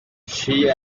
she